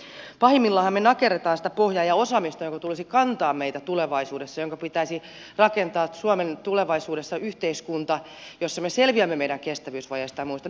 pahimmillaanhan me nakerramme sitä pohjaa ja osaamista jonka tulisi kantaa meitä tulevaisuudessa jonka pitäisi rakentaa suomesta tulevaisuudessa yhteiskunta jossa me selviämme meidän kestävyysvajeestamme ja muista